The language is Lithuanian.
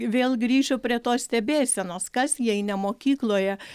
vėl grįšiu prie tos stebėsenos kas jei ne mokykloje